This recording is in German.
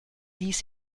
dies